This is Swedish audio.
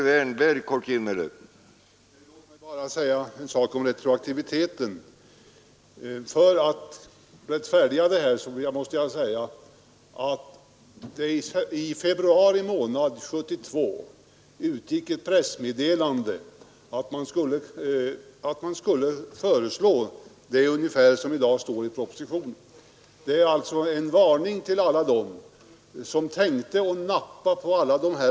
Herr talman! Det är visserligen riktigt herr Wärnberg. Men den föreslagna lagstiftningen gäller bl.a. hela 1972 i deklarationshänseende. Det må sägas att för tiden efter februari stärks genom detta pressmeddelande något den argumentation man för på utskottssidan.